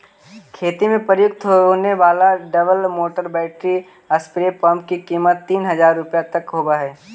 खेती में प्रयुक्त होने वाले double motor battery spray pump की कीमत तीन हज़ार रुपया तक होवअ हई